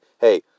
Hey